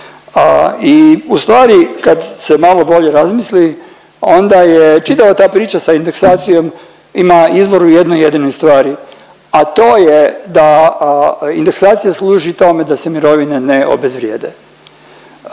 i u stvari kad se malo bolje razmisli, onda je čitava ta priča sa indeksacijom ima izvor u jednoj jedinoj stvari, a to je da indeksacija služi tome da se mirovine ne obezvrijede.